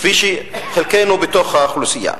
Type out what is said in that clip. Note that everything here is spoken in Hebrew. כפי חלקנו בתוך האוכלוסייה.